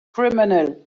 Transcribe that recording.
criminal